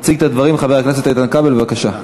יציג את הדברים חבר הכנסת איתן כבל, בבקשה.